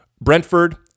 Brentford